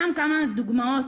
אני רוצה להביא כמה דוגמאות: